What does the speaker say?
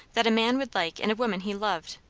that a man would like in a woman he loved,